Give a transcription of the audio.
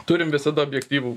turim visada objektyvų